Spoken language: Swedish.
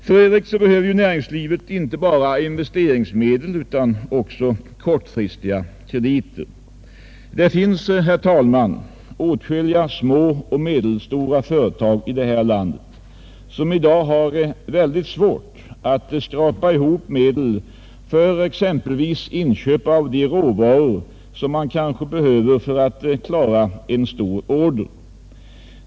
För övrigt behöver näringslivet inte bara investeringsmedel utan också kortfristiga krediter. Det finns, herr talman, åtskilliga små och medelstora företag i detta land som i dag har mycket svårt att skaffa fram medel för exempelvis inköp av de råvaror som man kanske behöver för att klara en stor order.